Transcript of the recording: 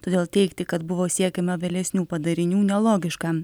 todėl teigti kad buvo siekiama vėlesnių padarinių nelogiška